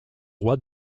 roi